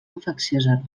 infecciosa